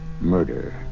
murder